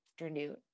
afternoon